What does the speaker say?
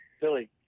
Billy